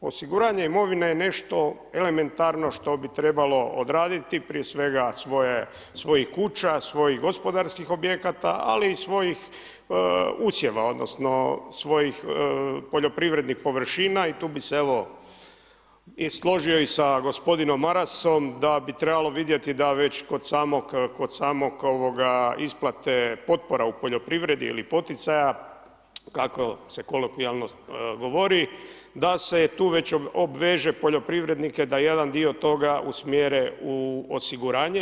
Osiguranje imovine je nešto elementarno, što bi trebalo odraditi, prije svega svojih kuća, svojih gospodarskih objekta, ali i svojih usjeva, odnosno, svojih poljoprivrednih površina i tu bi se evo i složio sa gospodinom Marasom, da bi trebalo vidjeti, da već kod samog isplate potpora u poljoprivredi li poticaja kako se kolokvijalno govori, da se tu već obveže poljoprivrednike da jedan dio toga usmjere u osiguranje.